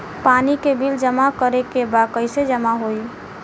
पानी के बिल जमा करे के बा कैसे जमा होई?